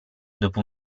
dopo